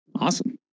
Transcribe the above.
awesome